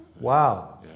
Wow